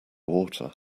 water